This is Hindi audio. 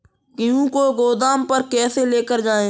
गेहूँ को गोदाम पर कैसे लेकर जाएँ?